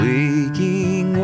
Waking